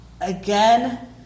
again